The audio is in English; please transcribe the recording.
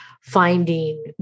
finding